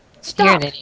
stop